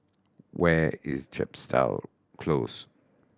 where is Chepstow Close